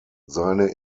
seine